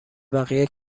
بقیه